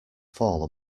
fall